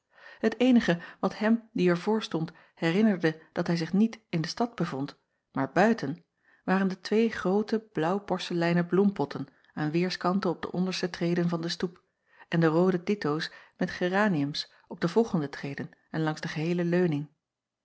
et eenige wat hem die er voor stond herinnerde dat hij zich niet in de stad bevond maar buiten waren de twee groote blaauw porseleinen bloempotten aan weêrskanten op de onderste treden van den stoep en de roode ditoos met geraniums op de volgende treden en langs de geheele leuning